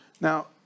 now